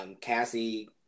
Cassie